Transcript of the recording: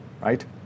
right